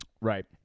Right